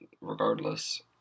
regardless